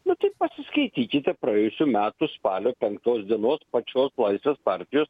nu tai pasiskaitykite praėjusių metų spalio penktos dienos pačios laisvės partijos